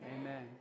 Amen